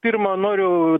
pirma noriu